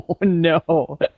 No